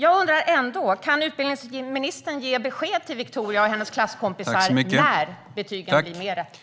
Jag undrar ändå: Kan utbildningsministern ge besked till Viktoria och hennes klasskompisar om när betygen blir mer rättvisa?